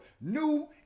new